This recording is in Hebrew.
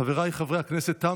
כי הונחו היום על שולחן הכנסת,